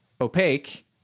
opaque